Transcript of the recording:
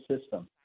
system